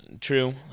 true